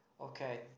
Okay